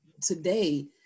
today